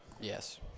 Yes